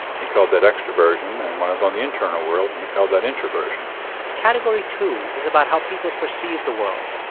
he called that extroversion. and one is on the internal world, and he called that introversion category two is about how people perceive the world.